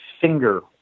finger